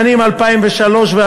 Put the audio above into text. השנייה והשלישית.